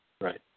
Right